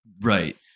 Right